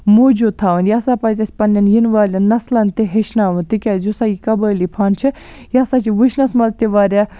موٗجوٗد تھاوٕنۍ یہِ ہسا پزِ اسہِ پَننٮ۪ن ینہِ والٮ۪ن نسلَن تہِ ہیٚچھناوُن تِکیازِ یُس سا یہِ قبٲیلی فن چھُ یہِ ہسا چھُ وٕچھنَس منٛز تہِ واریاہ